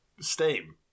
steam